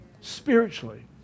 spiritually